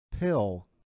pill